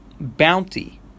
bounty